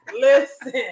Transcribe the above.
listen